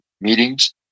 meetings